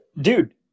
dude